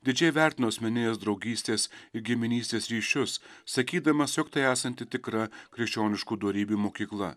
didžiai vertino asmeninės draugystės giminystės ryšius sakydamas jog tai esanti tikra krikščioniškų dorybių mokykla